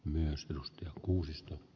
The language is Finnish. myös plus kuusi